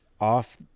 off